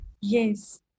Yes